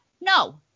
No